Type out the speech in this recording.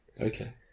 Okay